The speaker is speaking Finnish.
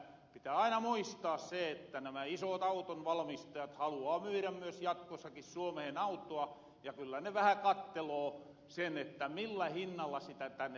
pitää aina muistaa se että nämä isoot autonvalmistajat haluaa myyrä myös jatkossakin suomehen autoa ja kyllä ne vähä katteloo sen millä hinnalla sitä tänne tuotetahan